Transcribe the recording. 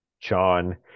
John